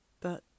But